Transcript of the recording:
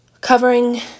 covering